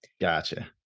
gotcha